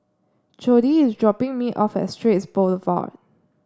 Jodi is dropping me off at Straits Boulevard